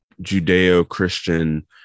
Judeo-Christian